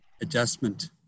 adjustment